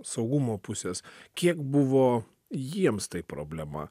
saugumo pusės kiek buvo jiems tai problema